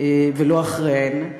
ולא אחריהן.